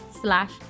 slash